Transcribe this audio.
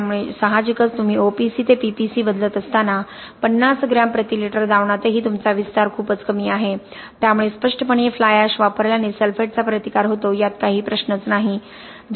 त्यामुळे साहजिकच तुम्ही ओपीसी ते पीपीसी बदलत असताना 50ग्रॅम प्रति लिटर द्रावणातही तुमचा विस्तार खूपच कमी आहे त्यामुळे स्पष्टपणे फ्लाय एश वापरल्याने सल्फेटचा प्रतिकार होतो यात काही प्रश्नच नाही